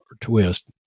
twist